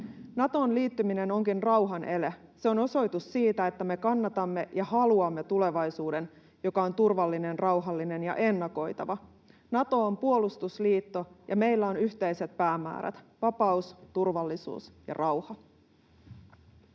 Natoon liittyminen onkin rauhan ele. Se on osoitus siitä, että me kannatamme ja haluamme tulevaisuuden, joka on turvallinen, rauhallinen ja ennakoitava. Nato on puolustusliitto, ja meillä on yhteiset päämäärät: vapaus, turvallisuus ja rauha.